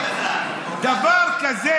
דבר כזה,